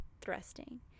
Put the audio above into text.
thrusting